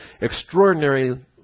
extraordinary